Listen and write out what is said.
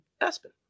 Aspen